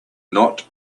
not